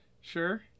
Sure